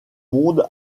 monde